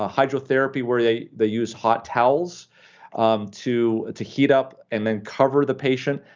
ah hydrotherapy where they they use hot towels to to heat up and then cover the patient.